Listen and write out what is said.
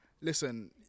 listen